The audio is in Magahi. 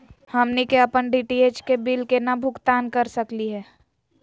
हमनी के अपन डी.टी.एच के बिल केना भुगतान कर सकली हे?